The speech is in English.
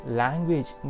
language